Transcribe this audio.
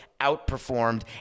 outperformed